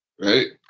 Right